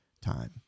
time